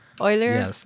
Euler